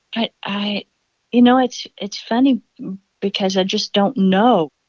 i i you know, it's it's funny because i just don't know.